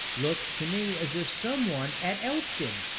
looks to me as if some one ad elped im.